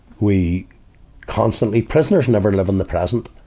we constantly prisoners never live in the present.